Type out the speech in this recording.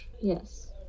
yes